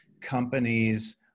companies